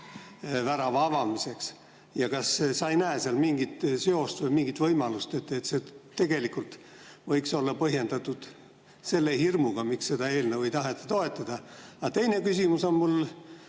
värava avamiseks. Kas sa ei näe seal mingit seost või mingit võimalust, et see tegelikult võiks olla põhjendatud selle hirmuga, miks seda eelnõu ei taheta toetada? Aga teine küsimus on mul